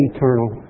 Eternal